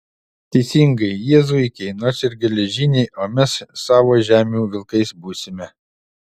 teisingai jie zuikiai nors ir geležiniai o mes savo žemių vilkais būsime